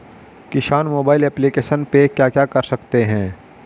किसान mobile application पे क्या क्या कर सकते हैं?